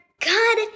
God